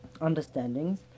understandings